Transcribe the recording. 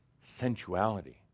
sensuality